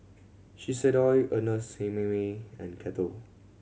Shiseido Ernest Hemingway and Kettle